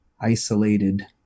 isolated